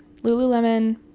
Lululemon